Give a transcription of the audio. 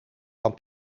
van